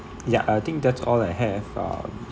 ya I think that's all I have um